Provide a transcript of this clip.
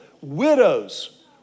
widows